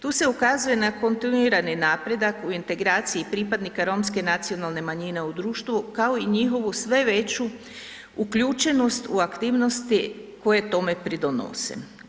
Tu se ukazuje na kontinuirani napredak u integraciji pripadnika romske nacionalne manjine u društvu, kao i njihovu sve veću uključenost u aktivnosti koje tome pridonose.